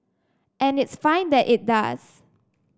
and it's fine that it does